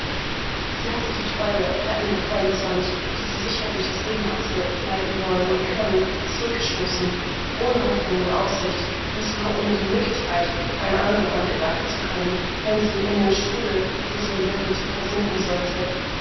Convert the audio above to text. sie hatte die treue rettende freundeshand die sie sicher durch das leben hatte leiten wollen und können zurückgestoßen ohne hoffnung oder aussicht ja sogar ohne möglichkeit eine andre hand ergreifen zu können wenn sie in dem strudel der sie umwirbelte versinken sollte